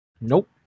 Nope